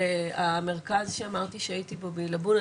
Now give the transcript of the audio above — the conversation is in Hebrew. המרכז שאמרתי שהייתו בו בעילבון,